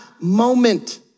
moment